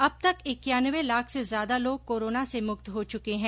अब तक इक्यानवे लाख से ज्यादा लोग कोरोना से मुक्त हो चुके हैं